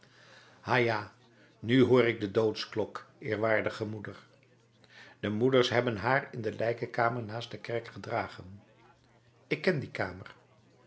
ja nu hoor ik de doodsklok eerwaardige moeder de moeders hebben haar in de lijkenkamer naast de kerk gedragen ik ken die kamer